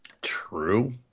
True